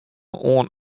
oan